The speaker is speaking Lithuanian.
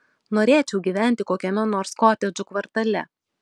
norėčiau gyventi kokiame nors kotedžų kvartale